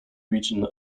region